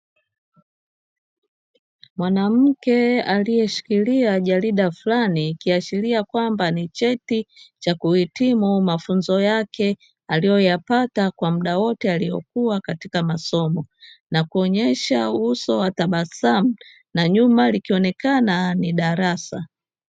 Mwanamke aliyeshikilia jarida fulani, ikiashiria kwamba ni cheti cha kuhitimu mafunzo yake aliyoyapata kwa muda wote aliokuwa katika masomo, na kuonyesha uso wa tabasamu, na nyuma likionekana ni darasa.